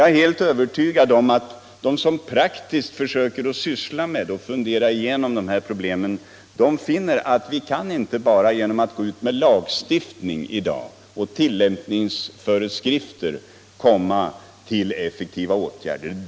Jag är helt övertygad om att de som ser praktiskt på och försöker att fundera igenom dessa problem finner att vi inte bara genom lagstiftning och tillämpningsföreskrifter kan få till stånd effektiva åtgärder.